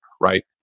right